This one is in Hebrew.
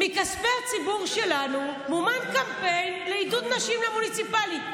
מכספי הציבור שלנו מומן קמפיין לעידוד נשים למוניציפלי,